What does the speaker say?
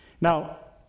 now